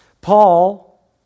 Paul